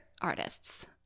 artists